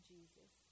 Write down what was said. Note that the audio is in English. Jesus